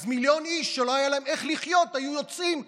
אז מיליון איש שלא היה להם איך לחיות היו יוצאים וצועקים.